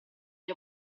gli